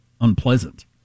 unpleasant